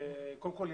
קודם כל,